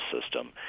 system